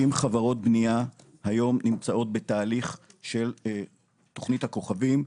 נמצאות היום בתהליך של תוכנית הכוכבים,